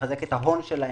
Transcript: כדי לחזק את ההון שלהם,